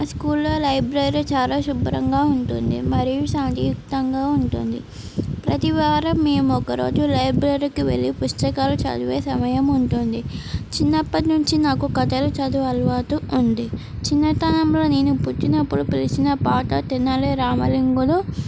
ఆ స్కూల్లో లైబ్రరీ చాలా శుభ్రంగా ఉంటుంది మరియు శాంతియుతంగా ఉంటుంది ప్రతివారం మేము ఒకరోజు లైబ్రరీకి వెళ్లి పుస్తకాలు చదివే సమయం ఉంటుంది చిన్నప్పటి నుంచి నాకు కథలు చదువే అలవాటు ఉంది చిన్నతనంలో నేను పుట్టినప్పుడు వెలిసిన పాట తెనాలి రామలింగుడు